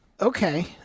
Okay